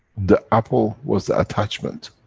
the apple was the attachment,